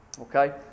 Okay